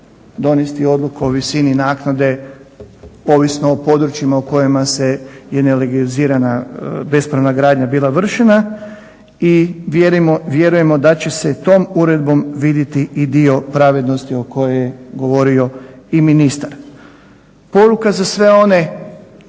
donijeti odluku o visini naknade ovisno o područjima u kojima je nelegalizirana bespravna gradnja bila vršena i vjerujemo da će se tom uredbom vidjeti i dio pravednosti o kojoj je govorio i ministar. Poruka za sve one